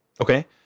Okay